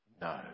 No